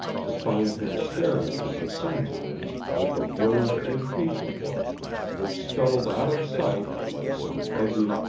to find him staring at her sometimes with a worried, impatient look which scuttled out of sight like some ugly,